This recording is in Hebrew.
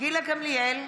גילה גמליאל,